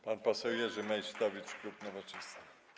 Pan poseł Jerzy Meysztowicz, klub Nowoczesna.